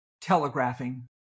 telegraphing